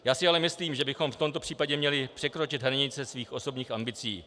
Já si ale myslím, že bychom v tomto případě měli překročit hranice svých osobních ambicí.